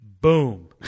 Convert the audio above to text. boom